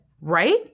right